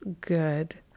good